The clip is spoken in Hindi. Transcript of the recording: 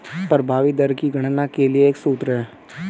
प्रभावी दर की गणना के लिए एक सूत्र है